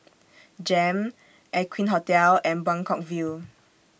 Jem Aqueen Hotel and Buangkok View